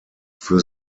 für